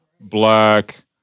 black